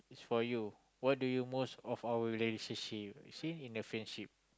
this for you what do you most of our relationship see in the friendship